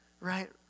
right